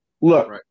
Look